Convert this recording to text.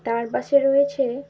তার পাশে রয়েছে